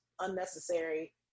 unnecessary